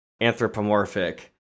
anthropomorphic